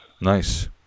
Nice